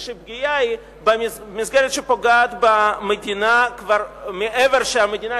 או שהפגיעה היא במסגרת שפוגעת במדינה כבר מעבר למה שהמדינה,